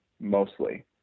mostly